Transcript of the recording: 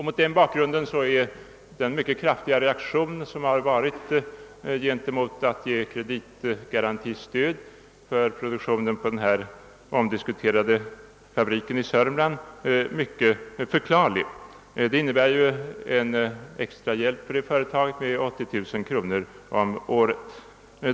Mot denna bakgrund är också den synnerligen kraftiga reaktion, som uppstått mot kreditgarantistöd för produktionen vid den här diskuterade fabriken i Sörmland, mycket förklarlig. Stödet innebär ju en extrahjälp för företaget med 80 000 kronor om året.